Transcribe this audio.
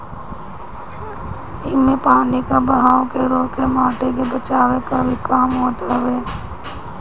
इमे पानी कअ बहाव के रोक के माटी के बचावे कअ भी काम होत हवे